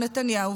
מר נתניהו,